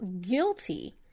guilty